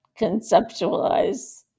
conceptualize